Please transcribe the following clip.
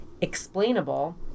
explainable